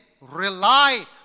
rely